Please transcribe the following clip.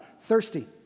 thirsty